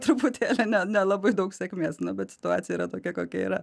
truputį ne nelabai daug sėkmės bet situacija yra tokia kokia yra